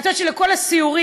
את יודעת שלכל הסיורים,